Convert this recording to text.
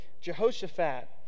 Jehoshaphat